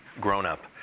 grown-up